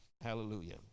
Hallelujah